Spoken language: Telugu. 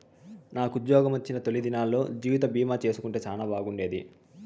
నాకుజ్జోగమొచ్చిన తొలి దినాల్లో జీవితబీమా చేసుంటే సానా బాగుండేది